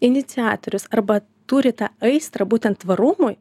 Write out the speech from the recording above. iniciatorius arba turi tą aistrą būtent tvarumui